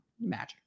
Magic